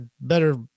better